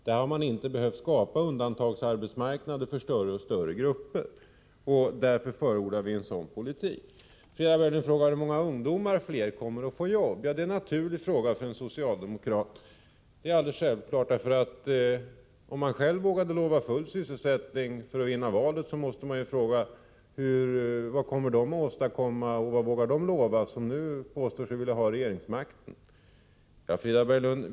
Där har man inte behövt skapa undantagsarbetsmarknader för större och större grupper. Därför förordar vi en sådan politik. Frida Berglund frågar hur många fler ungdomar som kommer att få jobb. Det är en naturlig fråga för en socialdemokrat. Om socialdemokraterna själva vågade lova full sysselsättning för att vinna valet, måste de fråga vad vi kommer att åstadkomma och vad vi som nu påstår oss vilja ha regeringsmakten vågar lova.